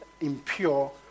impure